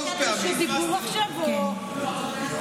זו בקשת רשות דיבור עכשיו או הסתייגות?